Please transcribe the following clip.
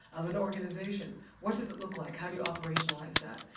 of an organization? what does it look like, how do you operationalize that?